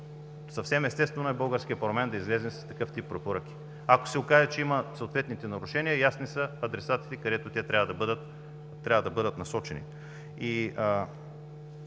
съвсем естествено е българският парламент да излезе с такъв тип препоръки. Ако се окаже, че има съответните нарушения – ясни са адресатите, където те трябва да бъдат насочени.